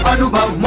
Anubhav